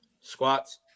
squats